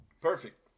Perfect